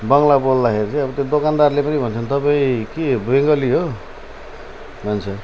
बङ्गला बोल्दाखेरि चाहिँ अब त्यो दोकानदारले पनि भन्छन् तपाईँ के बङ्गाली हो भन्छ